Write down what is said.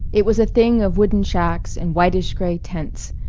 it was a thing of wooden shacks and whitish-gray tents,